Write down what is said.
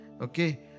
Okay